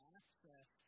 access